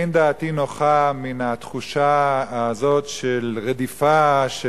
אין דעתי נוחה מן התחושה הזאת של רדיפה של